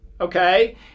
Okay